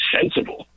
sensible